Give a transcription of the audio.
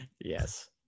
Yes